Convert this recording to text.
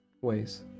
ways